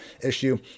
issue